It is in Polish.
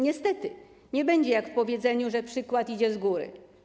Niestety nie będzie jak w powiedzeniu: przykład idzie z góry.